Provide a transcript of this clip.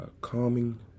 calming